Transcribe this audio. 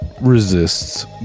resists